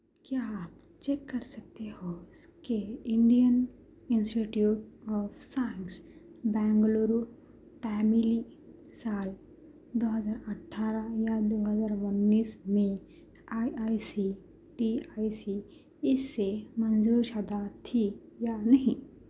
کیا آپ چیک کر سکتے ہو کہ Indian Institute of Science Bengaluru تعمیلی سال دو ہزار اٹھارہ یا دو ہزار انیس میں I I C T I C اس سے منظور شدہ تھی یا نہیں